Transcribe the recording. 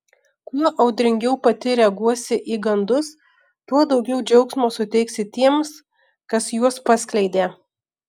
kuo audringiau pati reaguosi į gandus tuo daugiau džiaugsmo suteiksi tiems kas juos paskleidė